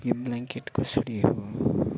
यो ब्ल्याङ्केट कसरी हो